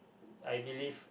I believe